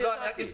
אני הבנתי.